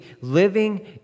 living